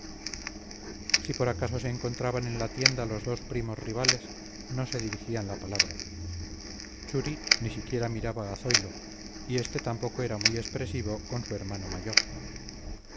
si por acaso se encontraban en la tienda los dos primos rivales no se dirigían la palabra churi ni siquiera miraba a zoilo y este tampoco era muy expresivo con su hermano mayor